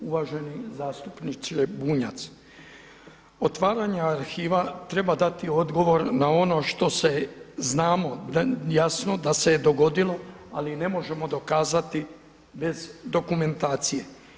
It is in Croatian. Uvaženi zastupniče Bunjac, otvaranja arhiva treba dati odgovor na ono što se, znamo, jasno da se dogodilo ali ne možemo dokazati bez dokumentacije.